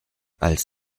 als